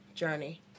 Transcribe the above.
journey